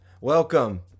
Welcome